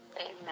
Amen